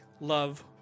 love